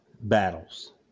battles